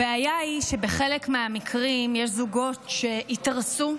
הבעיה היא שבחלק מהמקרים יש זוגות שהתארסו,